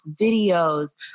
videos